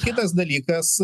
kitas dalykas